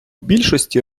більшості